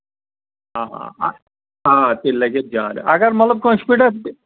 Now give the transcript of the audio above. آ آ آ آ تیٚلہِ لَگہِ اَتھ زیادٕ اَگر مطلب کٲنسہِ پٮ۪ٹھ آسہِ